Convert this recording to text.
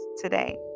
today